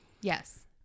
Yes